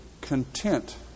content